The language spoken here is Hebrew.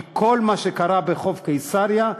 כי כל מה שקרה בחוף קיסריה,